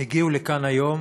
הגיעו לכאן היום